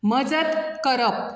मजत करप